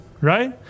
Right